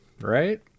Right